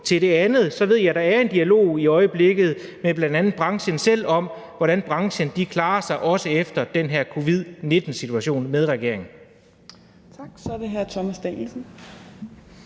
Til det andet: Jeg ved, at der i øjeblikket er en dialog mellem bl.a. branchen selv om, hvordan branchen klarer sig også efter den her covid-19-situation, og regeringen.